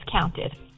counted